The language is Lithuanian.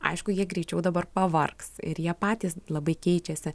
aišku jie greičiau dabar pavargs ir jie patys labai keičiasi